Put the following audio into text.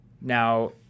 Now